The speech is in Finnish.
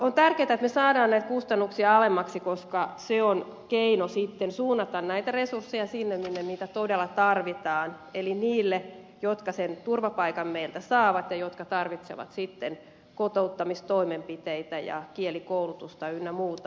on tärkeää että me saamme näitä kustannuksia alemmaksi koska se on keino sitten suunnata näitä resursseja sinne missä niitä todella tarvitaan eli niille jotka sen turvapaikan meiltä saavat ja jotka tarvitsevat sitten kotouttamistoimenpiteitä ja kielikoulutusta ynnä muuta